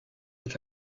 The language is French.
est